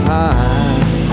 time